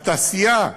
התעשייה,